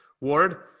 Ward